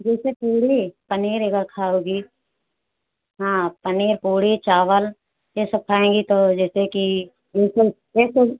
जैसे पूड़ी पनीर एक बार खाओगी हाँ पनीर पूड़ी चावल ये सब खाएंगी तो जैसे कि